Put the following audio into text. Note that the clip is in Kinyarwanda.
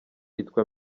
yitwa